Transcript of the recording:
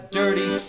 dirty